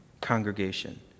congregation